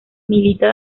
milita